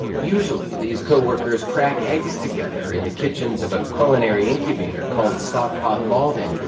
usually, these co-workers crack eggs together in the kitchens of a culinary incubator called stock pot malden.